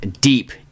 deep